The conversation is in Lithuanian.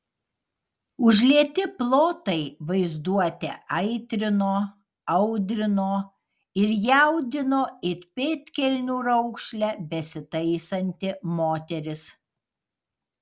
užlieti plotai vaizduotę aitrino audrino ir jaudino it pėdkelnių raukšlę besitaisanti moteris